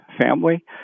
family